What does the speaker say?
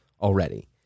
already